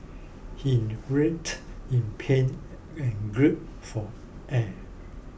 he writhed in pain and group for air